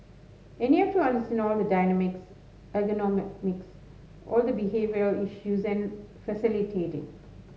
and you have to understand all the dynamics ergonomics all the behavioural issues and facilitate it